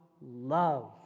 love